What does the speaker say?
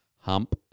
Hump